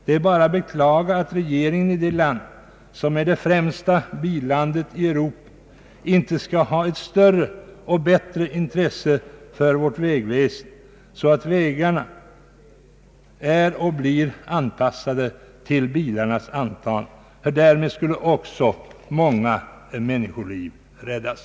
Det är bara att beklaga att regeringen i det land som är det främsta billandet i Europa inte skall ha ett större intresse för vårt vägväsende, så att vägarna anpassas till antalet bilar. Om så skedde, skulle många människoliv räddas.